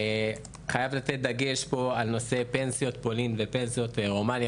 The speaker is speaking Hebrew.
חייב לתת דגש על נושא פנסיות פולין ופנסיות רומניה